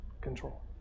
control